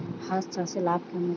হাঁস চাষে লাভ কেমন?